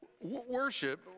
worship